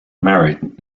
married